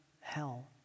hell